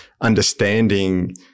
understanding